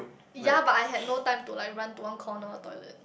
ya but I had not time to like run to one corner or toilet